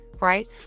right